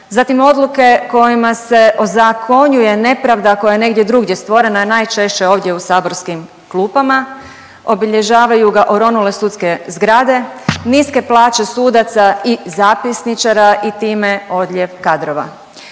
zatim odluke kojima se ozakonjuje nepravda koja je negdje drugdje stvorena, a najčešće ovdje u saborskim klupama, obilježavaju ga oronule sudske zgrade, niske plaće sudaca i zapisničara i time odljev kadrova.